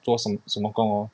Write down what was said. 做什什么工哦